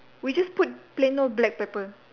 we just put plain old black pepper